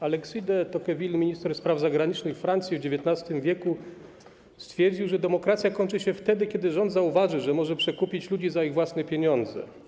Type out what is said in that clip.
Alexis de Tocqueville, minister spraw zagranicznych Francji w XIX w., stwierdził, że demokracja kończy się wtedy, kiedy rząd zauważy, że może przekupić ludzi za ich własne pieniądze.